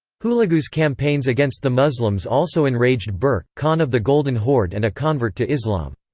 hulagu's campaigns against the muslims also enraged berke, khan of the golden horde and a convert to islam.